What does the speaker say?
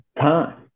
time